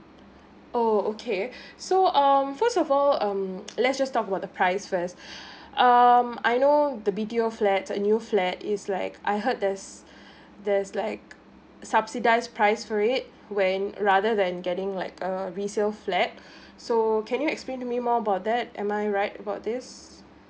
oh okay so um first of all um let's just talk about the price first um I know the B_D_O flats a new flat is like I heard there's there's like subsidised price for it when rather than getting like a resale flat so can you explain to me more about that am I right about this